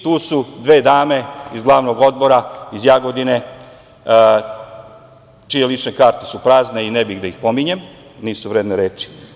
Tu su i dve dame iz glavnog odbora, iz Jagodine, čije lične karte su prazne, ne bih da ih pominjem, nisu vredne reči.